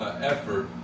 effort